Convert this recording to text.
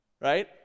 Right